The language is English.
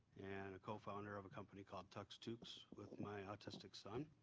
and a co-founder of a company called tuxtukes with my autistic son.